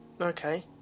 Okay